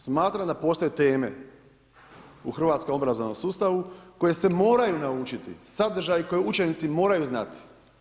Smatram da postoje teme u hrvatskom obrazovnom sustavu koje se moraju naučiti, sadržaj koji učenici moraju znati.